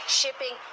shipping